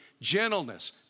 gentleness